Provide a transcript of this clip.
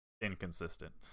inconsistent